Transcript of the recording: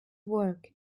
work